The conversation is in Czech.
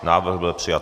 Návrh byl přijat.